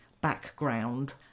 background